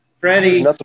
Freddie